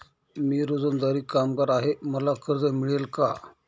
मी रोजंदारी कामगार आहे मला कर्ज मिळेल का?